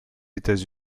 états